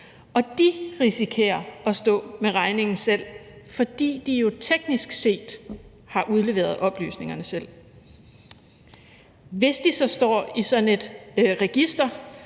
De risikerer at stå med regningen selv, fordi de jo teknisk set har udleveret oplysningerne selv. Hvis de så står i sådan et register,